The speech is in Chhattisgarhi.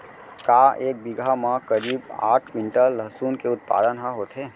का एक बीघा म करीब आठ क्विंटल लहसुन के उत्पादन ह होथे?